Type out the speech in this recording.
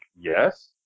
yes